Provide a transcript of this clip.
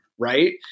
right